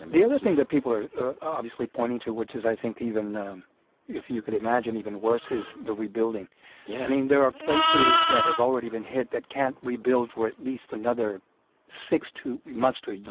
and the other thing that people are obviously pointing to, which is, i think, even um if you can imagine even worse is the rebuilding yeah i mean, there are places that have already been hit that can't rebuild for at least another six to months to a yeah